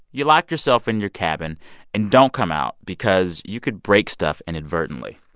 you lock yourself in your cabin and don't come out because you could break stuff inadvertently.